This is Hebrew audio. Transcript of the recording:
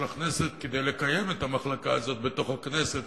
הכנסת כדי לקיים את המחלקה הזאת בתוך הכנסת,